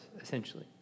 essentially